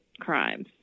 crimes